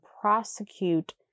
prosecute